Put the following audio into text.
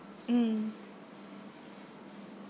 mm